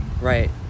Right